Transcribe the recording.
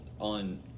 on